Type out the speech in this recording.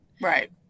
right